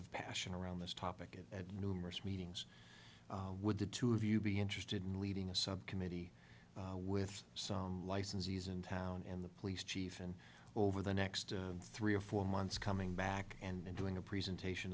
of passion around this topic and at numerous meetings with the two of you be interested in leading a subcommittee with song licensees in town and the police chief and over the next three or four months coming back and doing a presentation